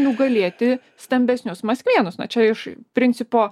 nugalėti stambesnius maskvėnus na čia iš principo